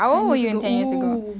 ten years ago oo